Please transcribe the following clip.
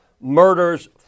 murders